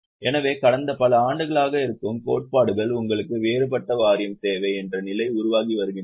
எனவே கடந்த பல ஆண்டுகளாக இருக்கும் கோட்பாடுகள் உங்களுக்கு வேறுபட்ட வாரியம் தேவை என்ற நிலை உருவாகி வருகின்றன